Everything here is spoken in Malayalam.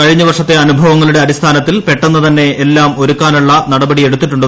കഴിഞ്ഞ വർഷത്തെ അനുഭവങ്ങളുടെ അടിസ്ഥാനത്തിൽ പെട്ടെന്ന് തന്നെ എല്ലാം ഒരുക്കാനുള്ള നടപടിയെടുത്തിട്ടുണ്ട്